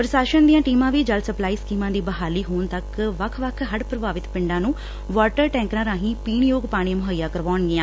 ਪ੍ਸ਼ਾਸਨ ਦੀਆਂ ਟੀਮਾਂ ਵੀ ਜਲ ਸਪਲਾਈ ਸਕੀਮਾਂ ਦੀ ਬਹਾਲੀ ਹੋਣ ਤੱਕ ਵੱਖ ਵੱਖ ਹੜ ਪੂਭਾਵਿਤ ਪਿੰਡਾਂ ਨੂੰ ਵਾਟਰ ਟੈਂਕਰਾਂ ਰਾਹੀ ਪੀਣ ਯੋਗ ਪਾਣੀ ਮੁਹੱਈਆ ਕਰਵਾਉਣਗੀਆਂ